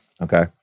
Okay